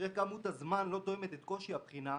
כאשר כמות הזמן לא תואמת את קושי הבחינה,